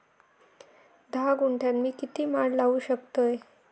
धा गुंठयात मी किती माड लावू शकतय?